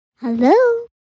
Hello